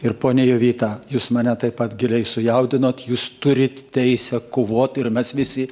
ir ponia jovita jūs mane taip pat giliai sujaudinot jūs turit teisę kovot ir mes visi